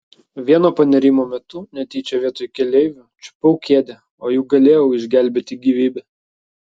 vieno panėrimo metu netyčia vietoj keleivio čiupau kėdę o juk galėjau išgelbėti gyvybę